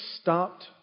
stopped